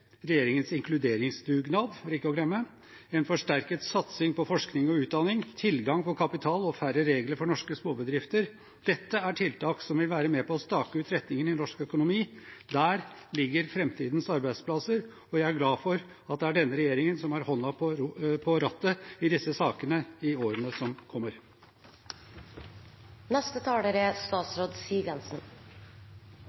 regjeringens inkluderingsdugnad – for ikke å glemme – en forsterket satsing på forskning og utdanning, tilgang på kapital og færre regler for norske småbedrifter. Dette er tiltak som vil være med på å stake ut retningen i norsk økonomi. Der ligger framtidens arbeidsplasser. Jeg er glad for at det er denne regjeringen som har hånden på rattet i disse sakene i årene som